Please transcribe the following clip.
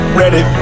ready